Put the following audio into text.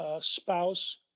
spouse